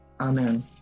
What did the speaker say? Amen